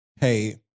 hey